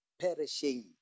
perishing